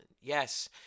Yes